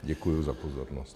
Děkuji za pozornost.